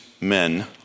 men